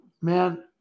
Man